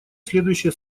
следующие